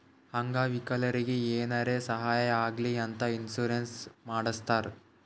ಅಂಗ ವಿಕಲರಿಗಿ ಏನಾರೇ ಸಾಹಾಯ ಆಗ್ಲಿ ಅಂತ ಇನ್ಸೂರೆನ್ಸ್ ಮಾಡಸ್ತಾರ್